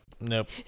Nope